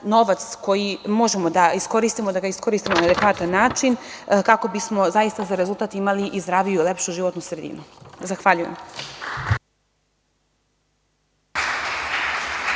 novac koji možemo da iskoristimo da ga iskoristimo na adekvatan način kako bismo zaista za rezultat imali i zdraviju i lepšu životnu sredinu. Zahvaljujem.